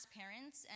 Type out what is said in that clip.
parents